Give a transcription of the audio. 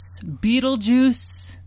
Beetlejuice